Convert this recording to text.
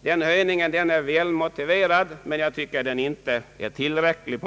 Den höjningen är välmotiverad men inte tillräcklig.